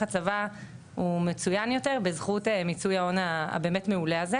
הצבא הוא מצוין יותר בזכות מיצוי ההון המעולה הזה.